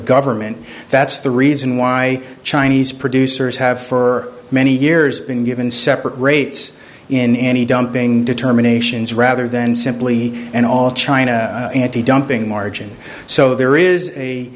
government that's the reason why chinese producers have for many years been given separate rates in any dumping determinations rather than simply and all china dumping margin so there is